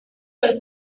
was